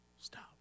Stop